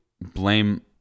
blame